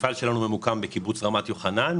המפעל שלנו ממוקם בקיבוץ רמת יוחנן,